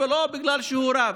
ולא בגלל שהוא רב.